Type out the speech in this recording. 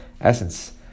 essence